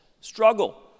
struggle